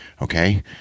Okay